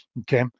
Okay